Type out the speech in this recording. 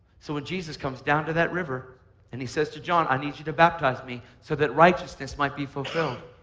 so when jesus comes down to that river and he says to john i need you to baptize me so that righteousness might be fulfilled.